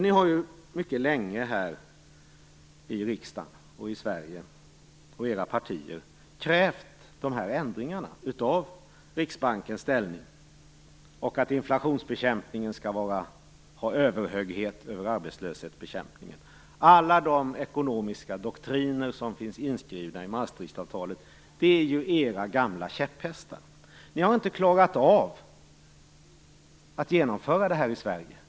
Ni har mycket länge i riksdagen, i Sverige och i era partier krävt de här ändringarna av Riksbankens ställning och att inflationsbekämpningen skall ha överhöghet över arbetslöshetsbekämpningen. Alla de ekonomiska doktriner som finns i inskrivna i Maastrichtavtalet är era gamla käpphästar. Ni har inte klarat av att genomföra detta i Sverige.